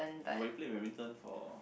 but when you play badminton for